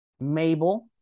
mabel